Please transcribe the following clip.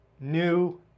new